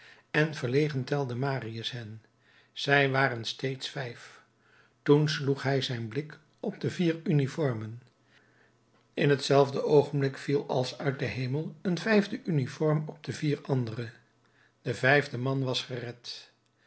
en verlegen telde marius hen zij waren steeds vijf toen sloeg hij zijn blik op de vier uniformen in hetzelfde oogenblik viel als uit den hemel een vijfde uniform op de vier andere de vijfde man was gered